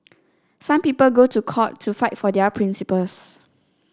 some people go to court to fight for their principles